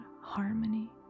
harmony